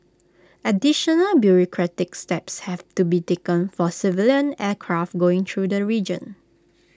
additional bureaucratic steps have to be taken for civilian aircraft going through the region